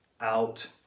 out